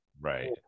right